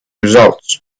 results